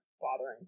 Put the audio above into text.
bothering